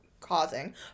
causing